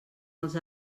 els